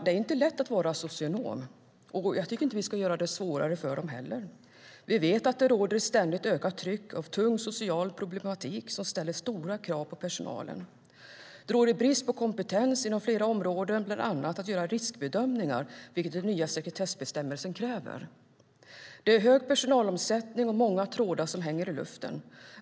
Det är inte lätt att vara socionom, och vi ska inte göra det svårare för dem. Vi vet att det råder ett ständigt ökat tryck av tung social problematik som ställer stora krav på personalen. Det råder brist på kompetens inom flera områden, bland annat när det gäller att göra riskbedömningar, vilket den nya sekretessbestämmelsen kräver. Det är hög personalomsättning och många trådar som hänger i luften.